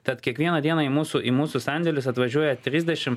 tad kiekvieną dieną į mūsų į mūsų sandėlius atvažiuoja trisdešimt